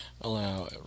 Allow